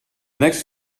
next